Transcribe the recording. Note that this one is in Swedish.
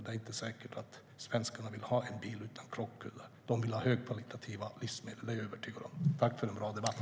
Det är inte säkert att svenskar vill ha en bil utan krockkuddar, och jag är övertygad om att de vill ha högkvalitativa livsmedel. Tack för en bra debatt!